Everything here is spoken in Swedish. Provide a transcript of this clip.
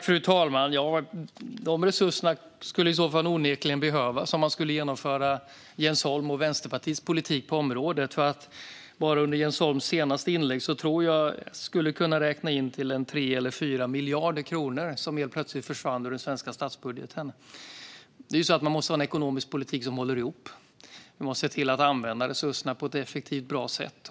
Fru talman! De resurserna skulle onekligen behövas om man skulle genomföra Jens Holms och Vänsterpartiets politik på området. Bara under Jens Holms senaste inlägg tror jag att jag skulle kunna räkna till 3 eller 4 miljarder kronor som helt plötsligt försvann ur den svenska statsbudgeten. Man måste ha en ekonomisk politik som håller ihop. Man måste se till att använda resurserna på ett effektivt och bra sätt.